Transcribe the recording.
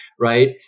right